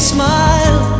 smile